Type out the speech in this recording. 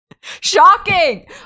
Shocking